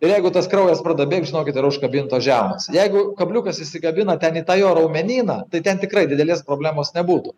ir jeigu tas kraujas pradeda bėgt žinokit yra užkabintos žiaunos ir jeigu kabliukas įsikabina ten į tą jo raumenyną tai ten tikrai didelės problemos nebūtų